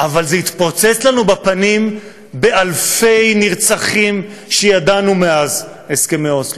אבל זה התפוצץ לנו בפנים באלפי נרצחים שידענו מאז הסכמי אוסלו.